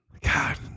God